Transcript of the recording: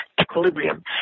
equilibrium